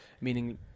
meaning